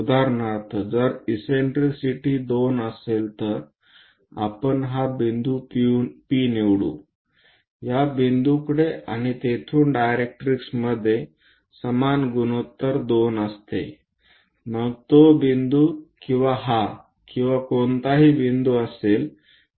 उदाहरणार्थ जर इससेन्ट्रिसिटी 2 असेल तर आपण हा बिंदू P निवडू या बिंदूकडे आणि तेथून डायरेक्टिक्स मध्ये समान गुणोत्तर 2 असते मग तो बिंदू किंवा हा किंवा कोणताही बिंदू असेल